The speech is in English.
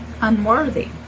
unworthy